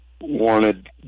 wanted